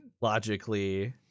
logically